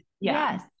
Yes